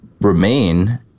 remain